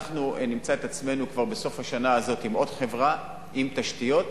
וכך אנחנו נמצא את עצמנו כבר בסוף השנה הזאת עם עוד חברה עם תשתיות,